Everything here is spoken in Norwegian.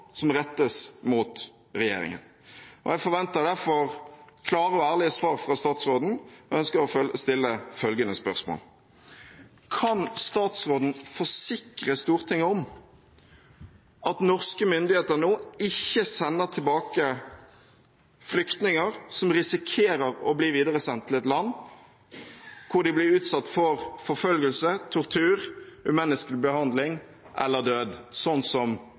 som rettes til regjeringen. Jeg forventer derfor klare og ærlige svar fra statsråden, og jeg ønsker å stille følgende spørsmål: Kan statsråden forsikre Stortinget om at norske myndigheter nå ikke sender tilbake flyktninger som risikerer å bli videresendt til et land hvor de blir utsatt for forfølgelse, tortur, umenneskelig behandling eller død – som